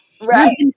Right